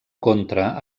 contra